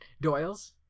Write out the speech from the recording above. Doyle's